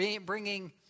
bringing